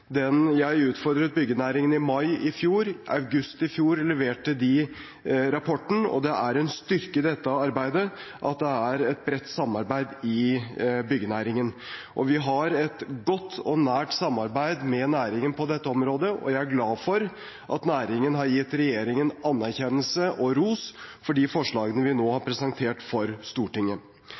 Jeg utfordret byggenæringen i mai i fjor, og i august i fjor leverte de rapporten. Det er en styrke i dette arbeidet at det er et bredt samarbeid i byggenæringen. Vi har et godt og nært samarbeid med næringen på dette området, og jeg er glad for at næringen har gitt regjeringen anerkjennelse og ros for de forslagene vi nå har presentert for Stortinget.